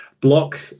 block